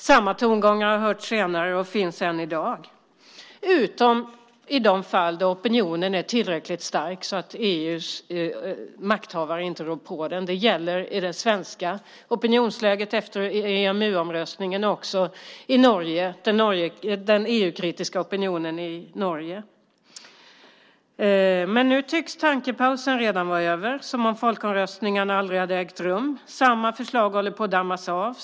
Samma tongångar har hörts senare och finns än i dag, utom i de fall där opinionen är tillräckligt stark så att EU:s makthavare inte rår på den. Det gäller det svenska opinionsläget efter EMU-omröstningen och den EU-kritiska opinionen i Norge. Nu tycks tankepausen redan vara över som om folkomröstningarna aldrig hade ägt rum. Samma förslag håller på att dammas av.